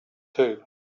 too